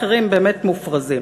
אחרים באמת מופרזים.